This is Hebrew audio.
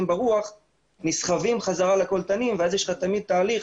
ברוח נסחבים בחזרה לקולטנים ואז יש לך תמיד תהליך